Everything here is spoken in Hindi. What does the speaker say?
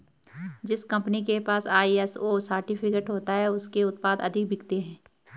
जिस कंपनी के पास आई.एस.ओ सर्टिफिकेट होता है उसके उत्पाद अधिक बिकते हैं